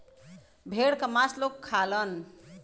भेड़ क मांस लोग खालन